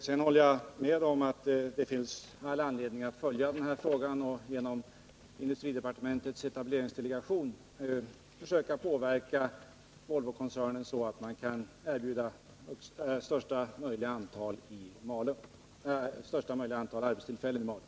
Sedan håller jag med om att det finns all anledning att följa denna fråga och genom industridepartementets etableringsdelegation försöka påverka Volvokoncernen att erbjuda största möjliga antal arbetstillfällen i Malung.